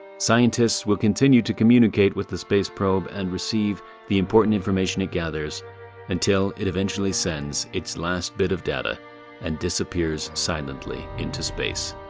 scientists will continue to communicate with the space probe and receive the important information it gathers until it eventually sends its last bit of data and disappears silently into space,